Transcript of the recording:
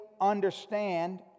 understand